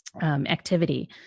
Activity